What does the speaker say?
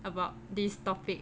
about this topic